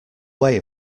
way